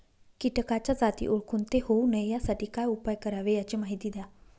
किटकाच्या जाती ओळखून ते होऊ नये यासाठी काय उपाय करावे याची माहिती द्या